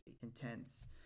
intense